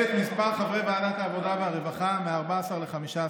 את מספר חברי ועדת העבודה והרווחה מ-14 ל-15.